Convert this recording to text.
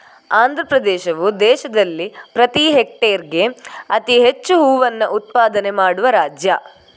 ಆಂಧ್ರಪ್ರದೇಶವು ದೇಶದಲ್ಲಿ ಪ್ರತಿ ಹೆಕ್ಟೇರ್ಗೆ ಅತಿ ಹೆಚ್ಚು ಹೂವನ್ನ ಉತ್ಪಾದನೆ ಮಾಡುವ ರಾಜ್ಯ